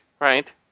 right